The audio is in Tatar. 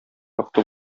якты